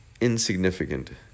insignificant